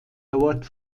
dauert